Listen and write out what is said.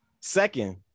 Second